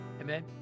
Amen